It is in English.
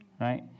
right